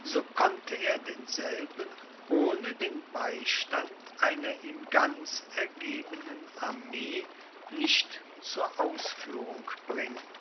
so konnte er denselben ohne den beistand einer ihm ganz ergebenen armee nicht zur ausführung bringen